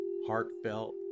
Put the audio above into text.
heartfelt